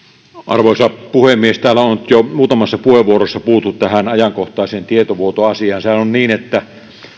arvoisa puhemies täällä on nyt jo muutamassa puheenvuorossa puututtu tähän ajankohtaiseen tietovuotoasiaan sehän on niin että